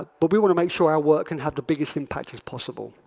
but we want to make sure our work can have the biggest impact as possible.